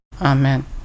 Amen